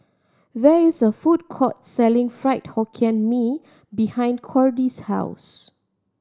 there is a food court selling Fried Hokkien Mee behind Cordie's house